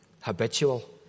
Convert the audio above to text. habitual